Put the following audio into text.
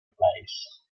place